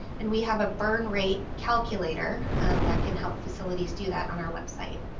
and we have a burn rate calculator that can help facilities do that on our website.